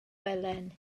felen